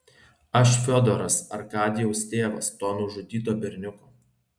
aš fiodoras arkadijaus tėvas to nužudyto berniuko